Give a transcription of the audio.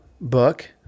book